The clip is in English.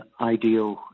ideal